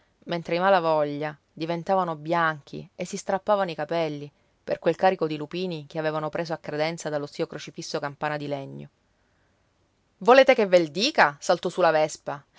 mentre i malavoglia diventavano bianchi e si strappavano i capelli per quel carico di lupini che avevano preso a credenza dallo zio crocifisso campana di legno volete che ve la dica saltò su la vespa